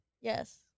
Yes